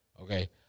Okay